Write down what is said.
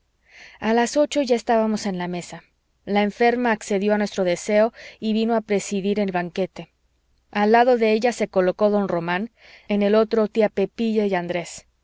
a las ocho ya estábamos en la mesa la enferma accedió a nuestro deseo y vino a presidir el banquete al lado de ella se colocó don román en el otro tía pepilla y andrés